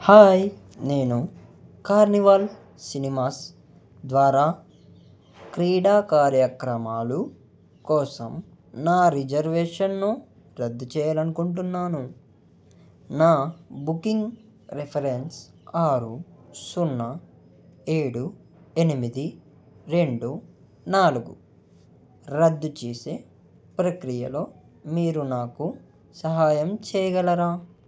hi నేను Carnival Cinemas ద్వారా క్రీడా కార్యక్రమాలు కోసం నా రిజర్వేషన్ను రద్దు చెయ్యలనుకుంటున్నాను నా బుకింగ్ రిఫరెన్స్ ఆరు సున్నా ఏడు ఎనిమిది రెండు నాలుగు రద్దు చేసే ప్రక్రియలో మీరు నాకు సహాయం చెయ్యగలరా